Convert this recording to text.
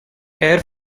air